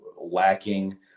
lacking